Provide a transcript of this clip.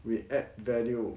we add value